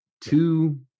two